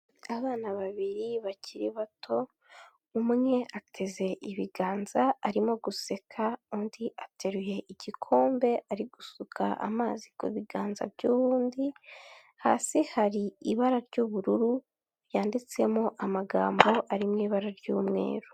Abana babiri bakiri bato umwe ateze ibiganza arimo guseka undi ateruye igikombe ari gusuka amazi ku biganza by'uwundi, hasi hari ibara ry'ubururu ryanditsemo amagambo ari mu ibara ry'umweru.